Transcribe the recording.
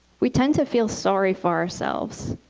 we tend to feel sorry for ourselves.